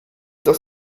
das